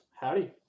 Howdy